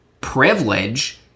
privilege